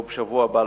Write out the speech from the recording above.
או בשבוע הבא.